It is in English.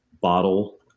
bottle